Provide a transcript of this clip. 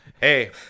Hey